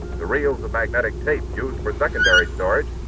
the reels of magnetic tape used for secondary storage,